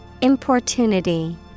Importunity